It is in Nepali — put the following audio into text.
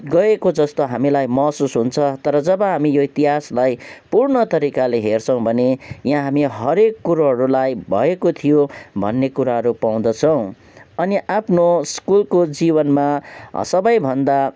गएको जस्तो हामीलाई महसुस हुन्छ तर जब हामी यो इतिहासलाई पूर्ण तरिकाले हेर्छौैँ भने यहाँ हामी हरेक कुरोहरूलाई भएको थियो भन्ने कुराहरू पाउँदछौँ अनि आफ्नो स्कुलको जीवनमा सबैभन्दा